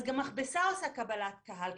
אז גם מכבסה עושה קבלת קהל,